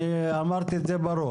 אני אמרתי את זה ברור.